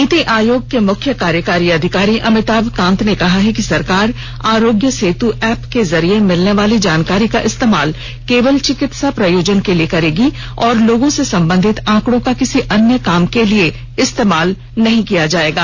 नीति आयोग के मुख्य कार्यकारी अधिकारी अमिताभ कांत ने कहा है कि सरकार आरोग्य सेतु ऐप के जरिए मिलने वाली जानकारी का इस्तेमाल केवल चिकित्सा प्रयोजन के लिए करेगी और लोगों से संबंधित आंकड़ों का किसी अन्य काम के लिए इस्तेमाल कभी नहीं किया जाएगा